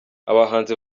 abahanzi